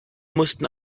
mussten